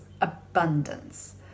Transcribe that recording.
abundance